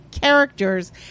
characters